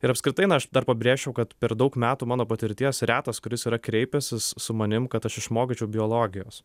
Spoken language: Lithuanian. ir apskritai na aš dar pabrėžčiau kad per daug metų mano patirties retas kuris yra kreipęsis su manim kad aš išmokyčiau biologijos